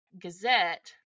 Gazette